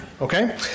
Okay